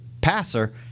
passer